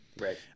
Right